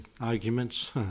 arguments